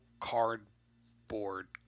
cardboard